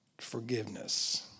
forgiveness